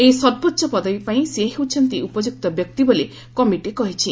ଏହି ସର୍ବୋଚ୍ଚ ପଦବୀ ପାଇଁ ସେ ହେଉଛନ୍ତି ଉପଯୁକ୍ତ ବ୍ୟକ୍ତି ବୋଲି କମିଟି କହିଛି